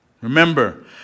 Remember